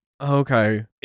Okay